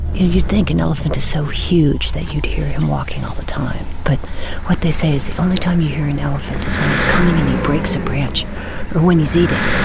you'd think an elephant is so huge that you'd hear him walking all the time. but what they say is the only time you hear an elephant is when he's coming and he breaks a branch, or when he's eating.